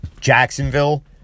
Jacksonville